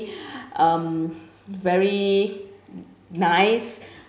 um very nice